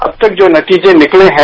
अब तक जो नतीजे निकले हैं